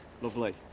lovely